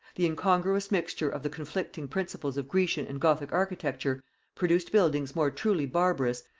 the incongruous mixture of the conflicting principles of grecian and gothic architecture produced buildings more truly barbarous,